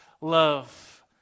love